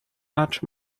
much